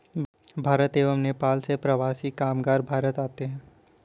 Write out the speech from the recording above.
बांग्लादेश एवं नेपाल से प्रवासी कामगार भारत आते हैं